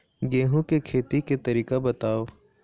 गेहूं के खेती के तरीका बताव?